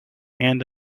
and